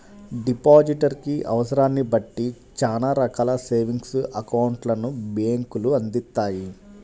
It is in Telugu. డిపాజిటర్ కి అవసరాన్ని బట్టి చానా రకాల సేవింగ్స్ అకౌంట్లను బ్యేంకులు అందిత్తాయి